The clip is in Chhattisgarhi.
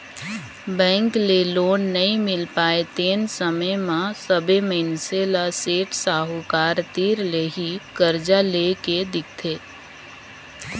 बेंक ले लोन नइ मिल पाय तेन समे म सबे मइनसे ल सेठ साहूकार तीर ले ही करजा लेए के दिखथे